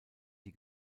die